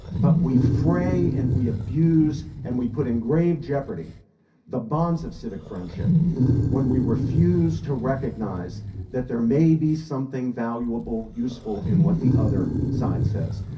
but we fray, and we abuse, and we put in grave jeopardy the bonds of civic friendship when we refuse to recognize that there may be something valuable useful in what the other side says.